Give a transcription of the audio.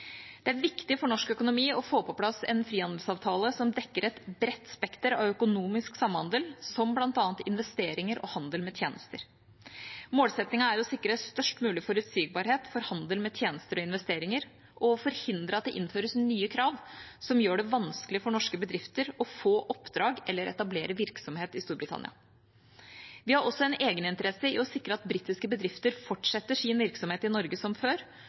Det er viktig for norsk økonomi å få på plass en frihandelsavtale som dekker et bredt spekter av økonomisk samhandling, som bl.a. investeringer og handel med tjenester. Målsettingen er å sikre størst mulig forutsigbarhet for handel med tjenester og investeringer og å forhindre at det innføres nye krav som vil gjøre det vanskelig for norske bedrifter å få oppdrag eller etablere virksomhet i Storbritannia. Vi har også en egeninteresse i å sikre at britiske bedrifter fortsetter sin virksomhet i Norge som før,